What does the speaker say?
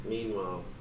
Meanwhile